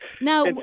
Now